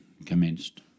commenced